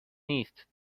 نیست